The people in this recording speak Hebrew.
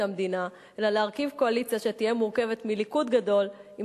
המדינה אלא להרכיב קואליציה שתהיה מורכבת מליכוד גדול עם